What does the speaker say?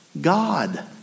God